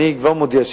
אני כבר מודיע,